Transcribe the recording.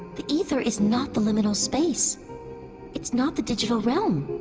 the aether is not the liminal space it's not the digital realm.